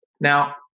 Now